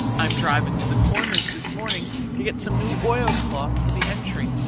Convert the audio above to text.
i am driving to the corners this morning to get some new oilcloth for the entry,